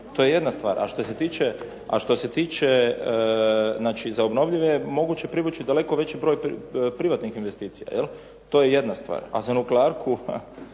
To je jedna stvar. A što se tiče za obnovljive moguće je privući daleko veći broj privatnih investicija. To je jedna stvar. A za nuklearku